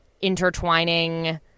intertwining